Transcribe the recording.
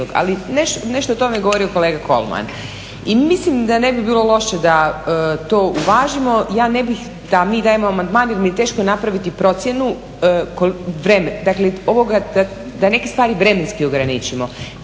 Nešto o tome je govorio kolega Kolman i mislim da ne bi bilo loše da to uvažimo. Ja ne bih da mi dajemo amandman jer mi je teško napraviti procjenu, da neke stvari vremenski ograničeni,